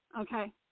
okay